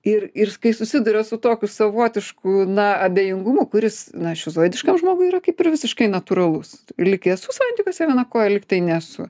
ir ir kai susiduria su tokiu savotišku na abejingumu kuris na šizoidiškam žmogui yra kaip ir visiškai natūralus lyg esu santykiuose viena koja lyg tai nesu